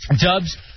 Dubs